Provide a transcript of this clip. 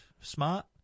smart